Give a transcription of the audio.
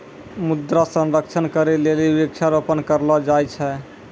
मृदा संरक्षण करै लेली वृक्षारोपण करलो जाय छै